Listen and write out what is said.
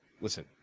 Listen